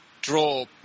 draw